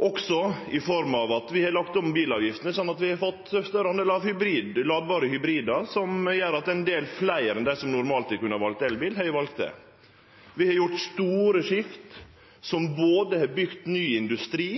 også i form av at vi har lagt om bilavgiftene slik at vi har fått ein større del ladbare hybridbilar, noko som gjer at ein del fleire enn dei som normalt ville valt elbil, har valt det. Vi har gjort store skift som både byggjer ny industri